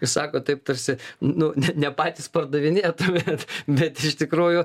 jūs sakot taip tarsi nu ne patys pardavinėtumėt bet iš tikrųjų